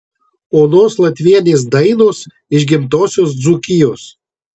onos latvienės dainos iš gimtosios dzūkijos